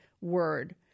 word